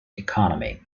economy